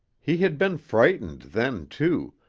he had been frightened then, too,